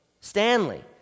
Stanley